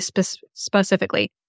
specifically